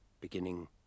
beginning